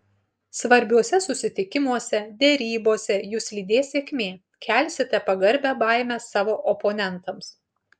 svarbiuose susitikimuose derybose jus lydės sėkmė kelsite pagarbią baimę savo oponentams